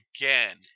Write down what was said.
again